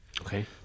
Okay